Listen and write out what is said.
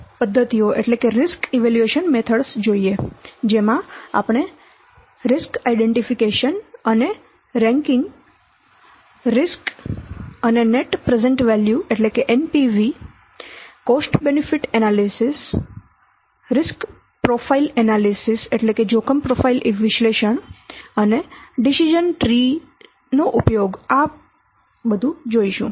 જેમાં આપણે જોખમ ઓળખ અને રેન્કિંગ જોખમ અને net present value cost benefit analysis જોખમ પ્રોફાઇલ વિશ્લેષણ અને ડીસીઝન ટ્રીઝ ઉપયોગ જોઈશું